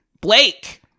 Blake